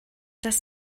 das